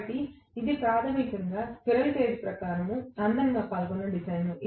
కాబట్టి ఇది ప్రాథమికంగా స్క్విరెల్ కేజ్ ప్రకారం అందంగా పాల్గొన్న డిజైన్